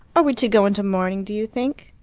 are we to go into mourning, do you think?